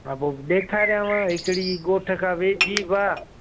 हा पोइ ॾेखारियांव हिकड़ी ॻोठ खां वेझी भी आहे